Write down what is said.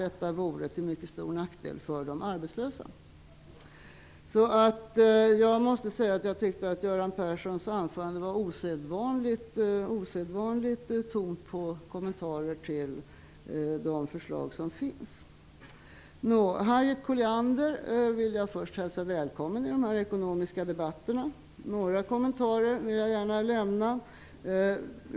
Detta vore till mycket stor nackdel för de arbetslösa. Jag måste säga att jag tyckte att Göran Perssons anförande var osedvanligt tomt på kommentarer till de förslag som finns. Jag vill hälsa Harriet Colliander välkommen i den ekonomiska debatten. Jag vill gärna lämna några kommentarer.